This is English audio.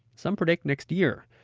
some predict next year.